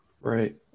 Right